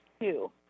two